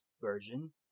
version